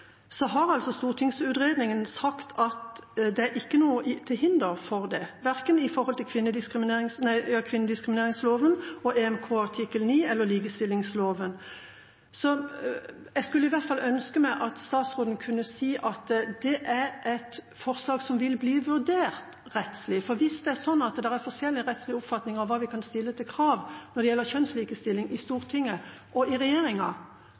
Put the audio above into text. så har stortingsutredningen sagt at det ikke er noe til hinder for det, verken i likestillings- og diskrimineringsloven eller i EMK artikkel 9. Jeg skulle i alle fall ønske at statsråden kunne si at forslaget vil bli vurdert rettslig. For hvis det er forskjellige rettslige oppfatninger i Stortinget og i regjeringens apparat av hvilke krav vi kan stille når det gjelder kjønnslikestilling, bør vi få en avklaring av det. Dette er en henstilling til ministeren om å ta det med seg i